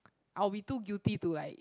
I'll be too guilty to like